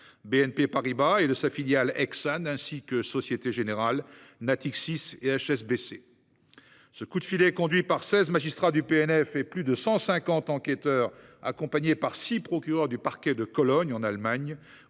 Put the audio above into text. BNP Paribas et sa filiale Exane, Société Générale, Natixis et HSBC. Ce coup de filet, conduit par seize magistrats du PNF et plus de cent cinquante enquêteurs, accompagnés de six procureurs du parquet de Cologne, en Allemagne,